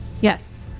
Yes